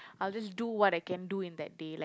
I'll just do what I can do in that day like